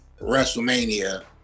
WrestleMania